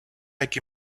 який